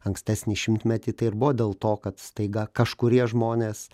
ankstesnį šimtmetį tai ir buvo dėl to kad staiga kažkurie žmonės